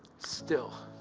still.